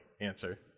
answer